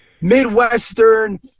Midwestern